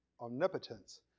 omnipotence